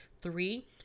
Three